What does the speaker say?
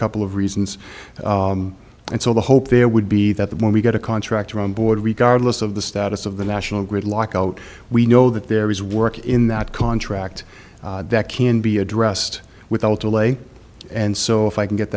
couple of reasons and so the hope there would be that when we get a contractor on board regardless of the status of the national grid lock out we know that there is work in that contract that can be addressed without delay and so if i can get